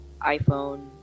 iphone